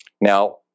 Now